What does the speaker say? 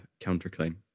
counterclaim